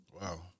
Wow